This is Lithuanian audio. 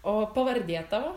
o pavardė tavo